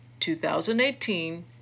2018